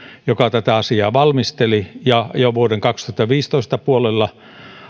joka tätä asiaa valmisteli ja jo vuoden kaksituhattaviisitoista puolella